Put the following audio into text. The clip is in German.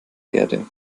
erde